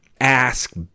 ask